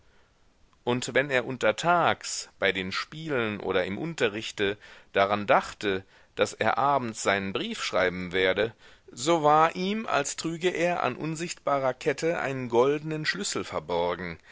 und wenn er untertags bei den spielen oder im unterrichte daran dachte daß er abends seinen brief schreiben werde so war ihm als trüge er an unsichtbarer kette einen goldenen schlüssel verborgen